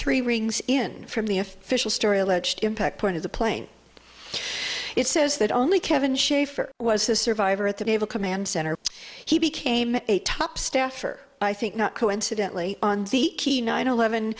three rings in from the official story alleged impact point of the plane it says that only kevin shaffer was a survivor at the naval command center he became a top staffer i think not coincidentally on the nine eleven